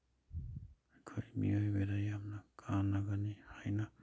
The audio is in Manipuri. ꯑꯩꯈꯣꯏ ꯃꯤꯑꯣꯏꯕꯗ ꯌꯥꯝꯅ ꯀꯥꯟꯅꯒꯅꯤ ꯍꯥꯏꯅ